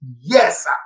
Yes